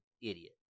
idiot